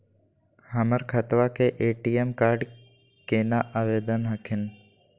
हमर खतवा के ए.टी.एम कार्ड केना आवेदन हखिन?